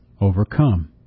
overcome